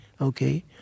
Okay